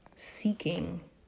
seeking